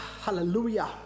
hallelujah